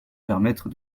permettre